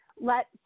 let